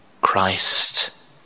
Christ